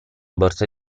borsa